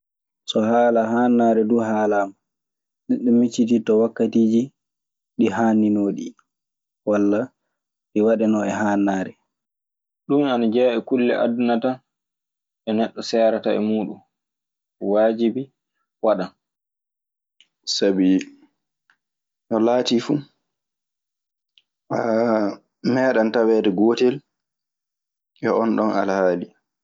So haala hamnaare du halama, neɗɗo miccito wakkatiiji ɗi hamninoo ɗi, wala ɗi waɗenon e hamnare. Ɗun ana jeyaa e kulle aduna tan ɗe neɗɗo seerata e muuɗun. Waajiɓi waɗan. Sabii no laatii fu, a meeɗan taweede gootel e onɗon alhaali.